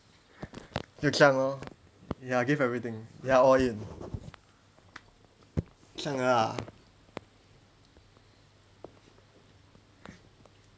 就这样咯 ya give everything ya all in 这样的啦